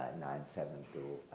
nine seven two,